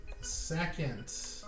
second